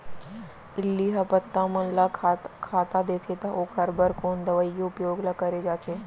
इल्ली ह पत्ता मन ला खाता देथे त ओखर बर कोन दवई के उपयोग ल करे जाथे?